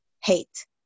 hate